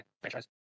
franchise